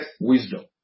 wisdom